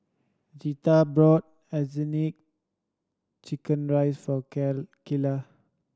Zetta bought chicken rice for Kaela